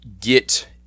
get